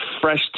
fresh